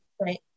Right